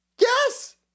Yes